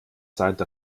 zeit